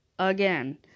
Again